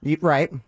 right